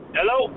Hello